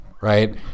right